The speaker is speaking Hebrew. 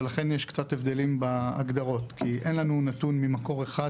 ולכן יש קצת הבדלים בהגדרות; אין לנו נתון ממקור אחד,